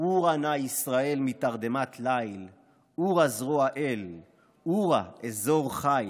"עורה נא ישראל / מתרדמת ליל / עורה זרוע אל / עורה אזור חיל".